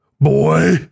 boy